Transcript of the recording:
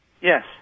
Yes